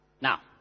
Now